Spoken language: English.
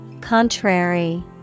Contrary